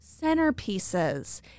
centerpieces